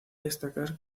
destacar